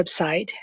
website